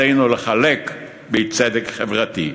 עלינו לחלק בצדק חברתי.